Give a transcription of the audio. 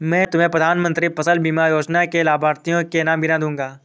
मैं तुम्हें प्रधानमंत्री फसल बीमा योजना के लाभार्थियों के नाम गिना दूँगा